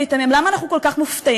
למה אנחנו כל כך מופתעים?